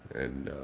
and